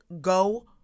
Go